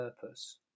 purpose